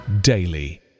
daily